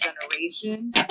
generation